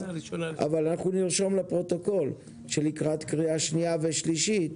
אבל נרשום לפרוטוקול שלקראת קריאה שנייה ושלישית